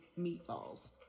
meatballs